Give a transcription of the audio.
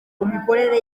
mikorere